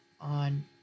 on